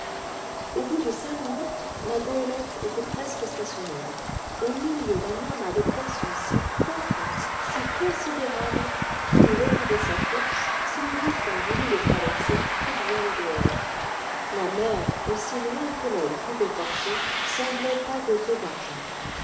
au bout de cinq minutes la goélette était presque stationnaire au milieu d'un amas de poissons si profond si considérable qu'il eût retardé sa course si nous eussions voulu le traverser toutes voiles dehors la mer aussi loin que l'oeil pouvait porter semblait pailletée d'argent